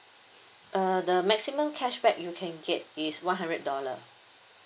uh the maximum cashback you can get is one hundred dollar